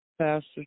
Pastor